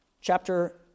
chapter